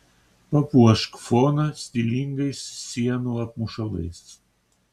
papuošk foną stilingais sienų apmušalais